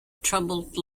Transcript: troubled